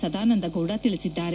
ಸದಾನಂದ ಗೌಡ ತಿಳಿಸಿದ್ದಾರೆ